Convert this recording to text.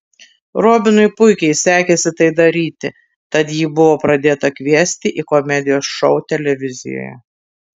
robinui puikiai sekėsi tai daryti tad jį buvo pradėta kviesti į komedijos šou televizijoje